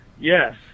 Yes